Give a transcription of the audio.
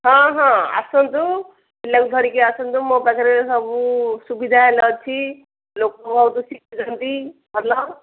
ହଁ ହଁ ଆସନ୍ତୁ ପିଲାଙ୍କୁ ଧରି ଆସନ୍ତୁ ମୋ ପାଖରେ ସବୁ ସୁବିଧା ହେଲେ ଅଛି ଲୋକ ବହୁତ ଶିଖୁଛନ୍ତି ଭଲ